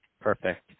Perfect